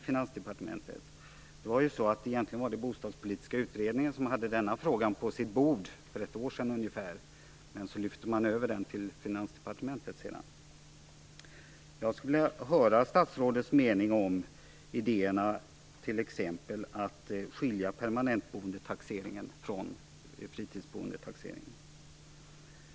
För ungefär ett år sedan hade nämligen den bostadspolitiska utredningen den här frågan på sitt bord. Men sedan lyftes den över till Finansdepartementet. Jag skulle vilja höra statsrådets mening om t.ex. idén att skilja taxeringen för permanentboende från taxeringen för fritidsboende.